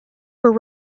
were